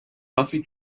buffy